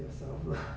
yourself lah